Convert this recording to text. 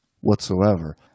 Whatsoever